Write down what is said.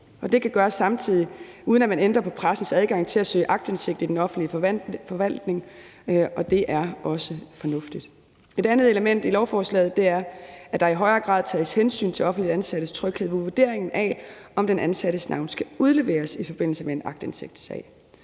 Det kan gøres samtidig, uden at man ændrer på pressens adgang til at søge aktindsigt i den offentlige forvaltning, og det er også fornuftigt. Et andet element i lovforslaget er, at der i højere grad tages hensyn til offentligt ansattes tryghed ved vurderingen af, om den ansattes navn skal udleveres i forbindelse med en aktindsigtssag.